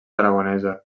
aragonesa